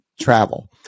travel